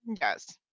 Yes